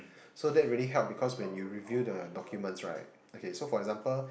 so that really help because when you review the documents right okay so for example